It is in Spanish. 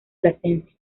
plasencia